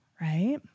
Right